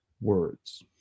words